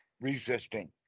resisting